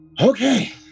Okay